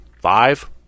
five